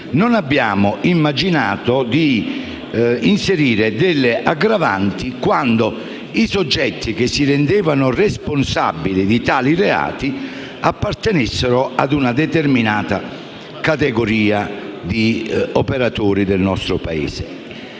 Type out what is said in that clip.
non si è pensato di immaginare delle aggravanti quando i soggetti che si rendevano responsabili di tali reati appartenessero a una determinato categoria di operatori del nostro Paese.